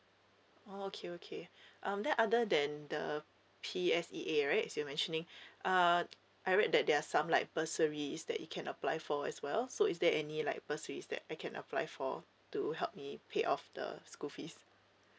oh okay okay um then other than the P_S_E_A right so you're mentioning uh I read that there are some like bursaries that you can apply for as well so is there any like bursary that I can apply for to help me pay off the school fees